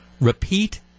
repeat